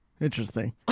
Interesting